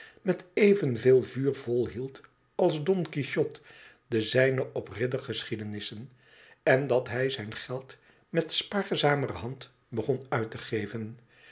met evenveel vuur volhield als don quixote de zijne op riddergeschiedenissen en dat hij zijn geld met spaarzamerhand begon uit te geven